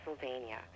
Pennsylvania